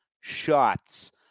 shots